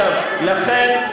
לכן,